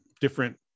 different